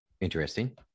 Interesting